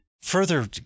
further